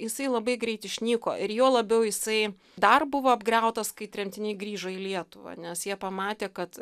jisai labai greit išnyko ir juo labiau jisai dar buvo apgriautas kai tremtiniai grįžo į lietuvą nes jie pamatė kad